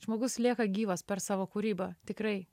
žmogus lieka gyvas per savo kūrybą tikrai